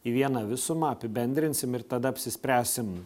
į vieną visumą apibendrinsim ir tada apsispręsim